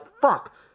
Fuck